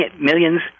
millions